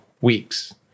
weeks